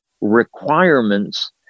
requirements